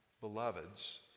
beloved's